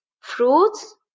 Fruits